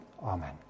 Amen